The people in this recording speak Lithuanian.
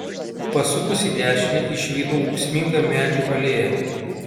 pasukus į dešinę išvydau ūksmingą medžių alėją